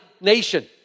nation